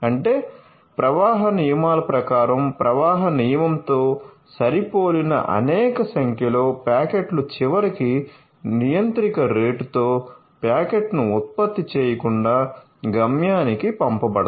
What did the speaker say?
అంటే ప్రవాహ నియమాల ప్రకారం ప్రవాహ నియమంతో సరిపోలిన అనేక సంఖ్యలో ప్యాకెట్లు చివరికి నియంత్రిక రేటుతో ప్యాకెట్ను ఉత్పత్తి చేయకుండా గమ్యానికి పంపబడతాయి